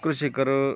ಕೃಷಿಕರು